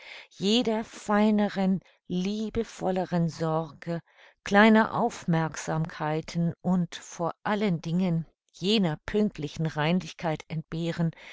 jeder feineren liebevolleren sorge kleiner aufmerksamkeiten und vor allen dingen jener pünktlichen reinlichkeit entbehren